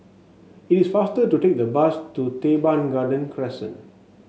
it is faster to take the bus to Teban Garden Crescent